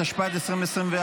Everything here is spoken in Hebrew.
התשפ"ד 2024,